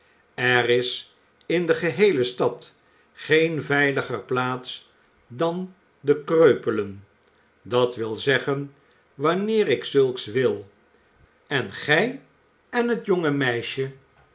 er is in de geheele stad geen veiliger plaats dan de kreupelen dat wil zeggen wanneer ik zulks wil en gij en het jonge meisje